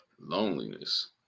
Loneliness